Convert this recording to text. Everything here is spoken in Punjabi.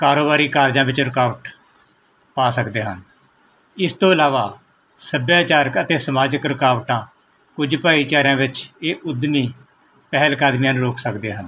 ਕਾਰੋਬਾਰੀ ਕਾਰਜਾਂ ਵਿੱਚ ਰੁਕਾਵਟ ਪਾ ਸਕਦੇ ਹਨ ਇਸ ਤੋਂ ਇਲਾਵਾ ਸੱਭਿਆਚਾਰਕ ਅਤੇ ਸਮਾਜਿਕ ਰੁਕਾਵਟਾਂ ਕੁਝ ਭਾਈਚਾਰਿਆਂ ਵਿੱਚ ਇਹ ਉਦਮੀ ਪਹਿਲ ਕਦਮੀਆਂ ਨੂੰ ਰੋਕ ਸਕਦੇ ਹਨ